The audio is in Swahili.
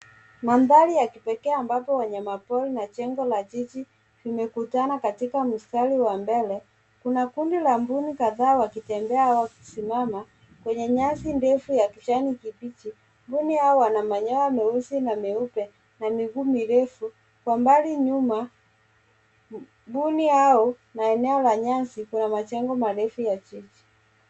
Mandhari ya kipekee ambapo wanyama pori na jengo la jiji limekutana katika mstari wa mbele, kuna kundi la mbuni kadhaa wakitembea au wakisimama kwenye nyasi ndefu ya kijani kibichi. Mbuni hawa wana manyoya meusi na meupe na miguu mirefu. Kwa mbali nyuma, mbuni hao na eneo la nyasi kuna majengo marefu ya jiji.